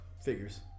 Figures